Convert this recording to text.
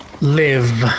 live